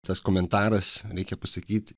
tas komentaras reikia pasakyt